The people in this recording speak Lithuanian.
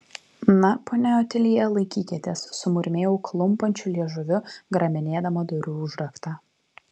na ponia otilija laikykitės sumurmėjau klumpančiu liežuviu grabinėdama durų užraktą